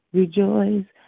rejoice